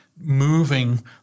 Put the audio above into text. moving